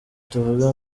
tuvuge